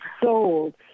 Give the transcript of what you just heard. sold